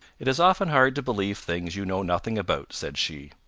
it is often hard to believe things you know nothing about, said she.